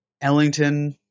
Ellington